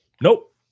Nope